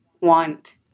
want